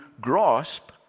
grasp